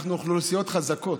אנחנו אוכלוסיות חזקות,